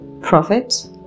Prophet